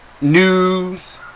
news